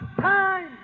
time